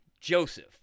Joseph